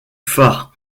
phare